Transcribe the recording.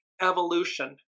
evolution